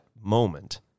moment